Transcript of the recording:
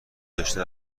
داشته